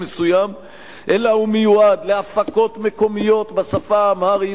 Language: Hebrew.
מסוים אלא הוא מיועד להפקות מקומיות בשפה האמהרית,